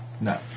No